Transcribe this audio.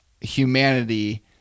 humanity